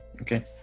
Okay